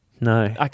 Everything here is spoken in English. No